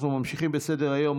אנחנו ממשיכים בסדר-היום,